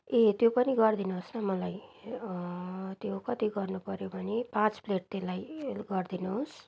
ए त्यो पनि गरिदिनुहोस् न मलाई त्यो कति गर्नु पऱ्यो भने पाँच प्लेट त्यसलाई गरिदिनुहोस्